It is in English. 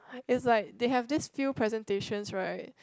is like they have this few presentations right